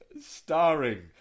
Starring